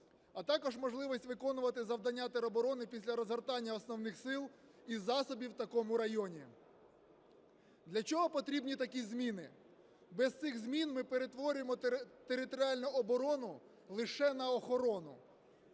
а також можливість виконувати завдання тероборони після розгортання основних сил і засобів в такому районі. Для чого потрібні такі зміни? Без цих змін ми перетворимо територіальну оборону лише на охорону.